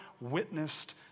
witnessed